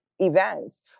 Events